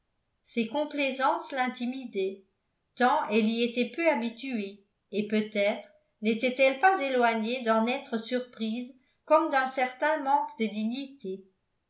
ses complaisances l'intimidaient tant elle y était peu habituée et peut-être n'était-elle pas éloignée d'en être surprise comme d'un certain manque de dignité